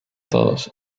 todos